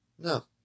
No